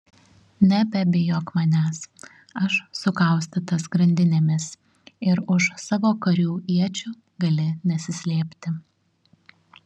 nebebijok manęs aš sukaustytas grandinėmis ir už savo karių iečių gali nesislėpti